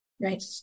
Right